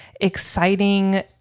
exciting